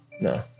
No